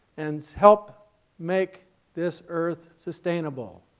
and help make this earth sustainable.